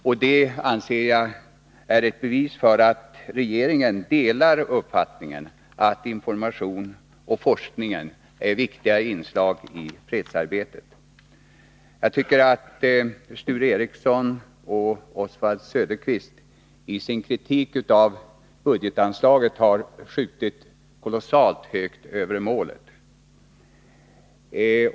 Och det anser jag vara ett bevis för att regeringen delar uppfattningen att information och forskning är viktiga inslag i fredsarbetet. Sture Ericson och Oswald Söderqvist har i sin kritik av budgetanslagen skjutit kolossalt högt över målet.